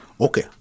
Okay